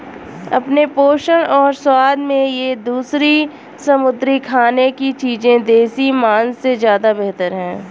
अपने पोषण और स्वाद में ये दूसरी समुद्री खाने की चीजें देसी मांस से ज्यादा बेहतर है